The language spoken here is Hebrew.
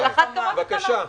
תודה.